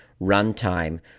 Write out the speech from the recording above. runtime